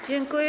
Dziękuję.